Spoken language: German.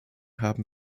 haben